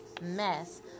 mess